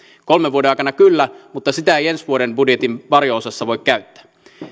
kolmen vuoden aikana kyllä mutta sitä ei ensi vuoden budjetin varjo osassa voi käyttää